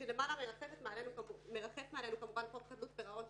כשלמעלה מרחף מעלינו כמובן חוק חדלות פירעון,